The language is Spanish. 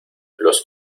los